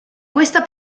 questa